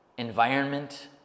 environment